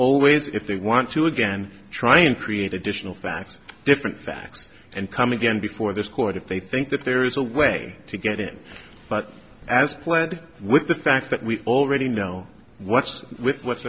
always if they want to again try and create additional facts different facts and come again before this court if they think that there is a way to get it but as pled with the fact that we already know what's w